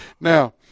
Now